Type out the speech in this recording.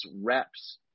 reps